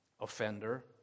offender